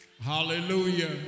Hallelujah